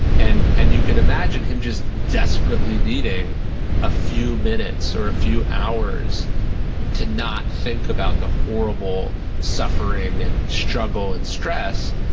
and and you can imagine him just desperately needing a few minutes or a few hours to not think about the horrible suffering and struggle and stress.